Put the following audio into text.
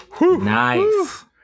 Nice